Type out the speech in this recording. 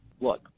look